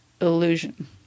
illusion